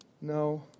No